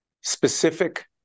specific